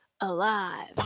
alive